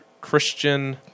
Christian